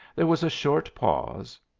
there was a short pause.